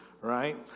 right